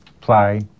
play